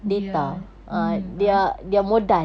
ya mm kan